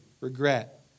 regret